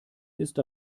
ist